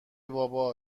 بابا